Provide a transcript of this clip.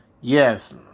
Yes